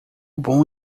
bom